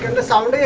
the soul yeah